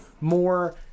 more